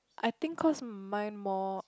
I think cause mine more